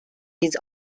his